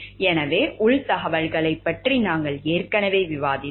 எனவே உள் தகவல்களைப் பற்றி நாங்கள் ஏற்கனவே விவாதித்தோம்